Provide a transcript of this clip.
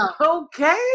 Okay